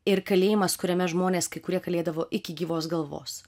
ir kalėjimas kuriame žmonės kai kurie kalėdavo iki gyvos galvos